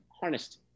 harnessed